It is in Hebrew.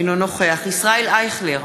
אינו נוכח ישראל אייכלר,